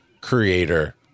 creator